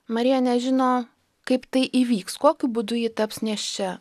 marija nežino kaip tai įvyks kokiu būdu ji taps nėščia